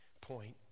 point